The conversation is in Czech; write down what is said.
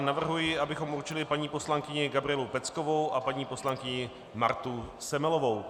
Navrhuji, abychom určili paní poslankyni Gabrielu Peckovou a paní poslankyni Martu Semelovou.